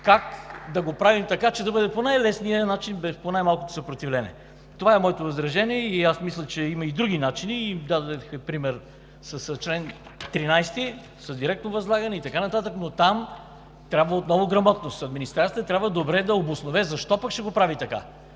как да го правим така, че да бъде по най-лесния начин, по най-малкото съпротивление. Това е моето възражение. Мисля, че има и други начини – дадох пример с чл. 13, с директно възлагане и така нататък, но там трябва отново грамотност. Администрацията трябва добре да обоснове защо пък ще го прави така.